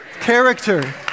character